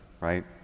right